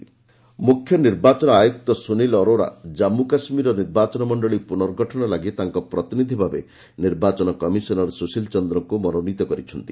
କେକେ CEC nomination ମୁଖ୍ୟ ନିର୍ବାଚନ ଆୟୁକ୍ତ ସୁନୀଲ ଅରୋରା ଜାନ୍ଷୁ କାଶ୍ମୀରର ନିର୍ବାଚନ ମଣ୍ଡଳୀ ପୁର୍ନଗଠନ ଲାଗି ତାଙ୍କ ପ୍ରତିନିଧି ଭାବେ ନିର୍ବାଚନ କମିଶନର ସୁଶୀଲ ଚନ୍ଦ୍ରଙ୍କୁ ମନୋନୀତ କରିଛନ୍ତି